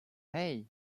hey